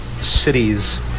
cities